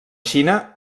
xina